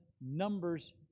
Numbers